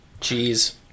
Jeez